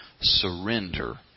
Surrender